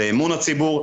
זה אמון הציבור,